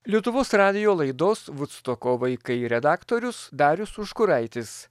lietuvos radijo laidos vudstoko vaikai redaktorius darius užkuraitis